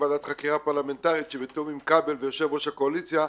ועדת חקירה פרלמנטרית בתיאום עם כבל ויושב-ראש הקואליציה.